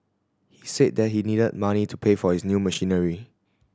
he said that he needed the money to pay for his new machinery